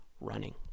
running